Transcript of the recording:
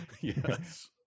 Yes